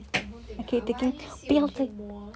你 confirm take ah I haven't even sit 我去摸